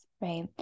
right